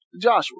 Joshua